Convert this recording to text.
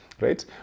right